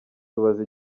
tubaza